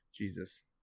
Jesus